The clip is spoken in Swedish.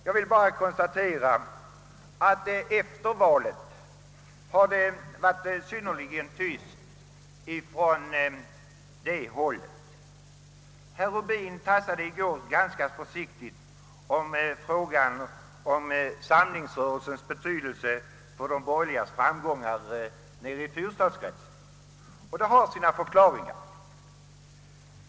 Jag vill bara konstatera att det efter valet har varit synnerligen tyst från det hållet. Herr Rubin talade i går ganska försiktigt om samlingsrörelsens betydelse för de borgerligas framgångar i fyrstadskretsen, och det har sina förklaringar.